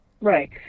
Right